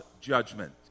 judgment